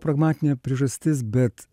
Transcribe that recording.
pragmatinė priežastis bet